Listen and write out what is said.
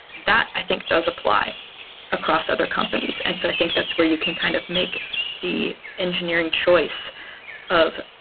that, i think, does apply across other companies. and so i think that's where you can kind of make the engineering choice of,